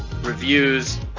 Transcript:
reviews